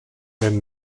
and